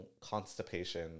constipation